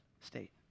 state